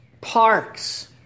parks